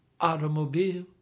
automobile